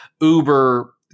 uber